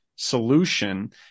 solution